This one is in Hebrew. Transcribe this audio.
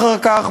אחר כך,